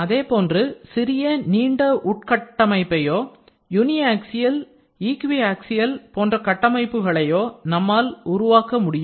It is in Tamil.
அதேபோன்று சிறிய நீண்ட உள்கட்டமைப்பையோ யூனி அக்சியல் ஈக்வி அக்சியல் போன்ற கட்டமைப்புகளையோ நம்மால் உருவாக்க முடியும்